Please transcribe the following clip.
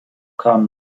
kamen